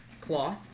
cloth